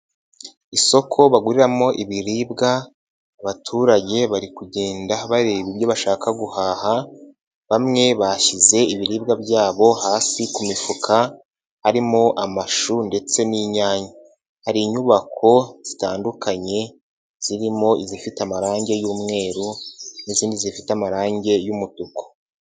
Isoko baguriramo ibiribwa, abaturage bari kugenda bareba ibyo bashaka guhaha, bamwe bashyize ibiribwa byabo hasi ku mifuka, harimo amashu ndetse n'inyanya, hari inyubako zitandukanye, zirimo izifite amarangi y'umweru n'izindi zifite amarangi y'umutuku.